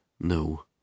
no